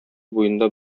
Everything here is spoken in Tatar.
буенда